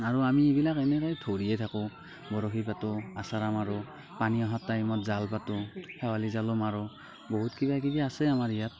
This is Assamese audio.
আৰু আমি এইবিলাক এনেকেই ধৰিয়েই থাকো বৰশী পাতোঁ আছাৰা মাৰোঁ পানী অহা টাইমত জাল পাতোঁ খেৱালী জালো মাৰোঁ বহুত কিবা কিবি আছে আমাৰ ইয়াত